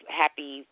happy